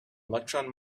electron